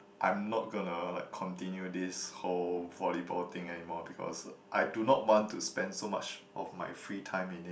I'm not gonna like continue this whole volleyball thing anymore because I do not want to spend so much of my free time in it